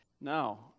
Now